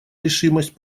решимость